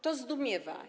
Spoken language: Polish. To zdumiewa.